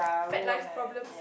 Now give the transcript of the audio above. fat life problems